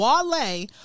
Wale